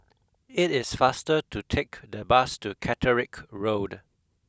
it is faster to take the bus to Catterick Road